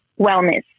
Wellness